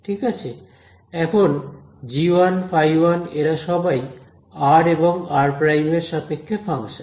এখন g1 φ1 এরা সবাই r এবং r এর সাপেক্ষে ফাংশন